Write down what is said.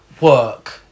work